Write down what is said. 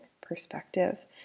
perspective